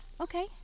Okay